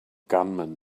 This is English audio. gunman